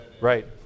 Right